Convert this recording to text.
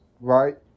right